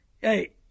Hey